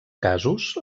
casos